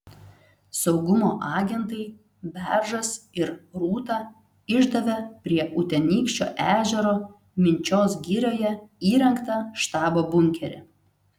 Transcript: saugumo agentai beržas ir rūta išdavė prie utenykščio ežero minčios girioje įrengtą štabo bunkerį